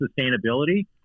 sustainability